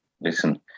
listen